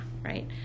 right